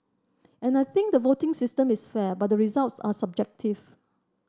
and I think the voting system is fair but the results are subjective